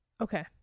Okay